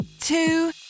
two